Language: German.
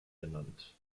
genannt